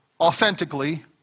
authentically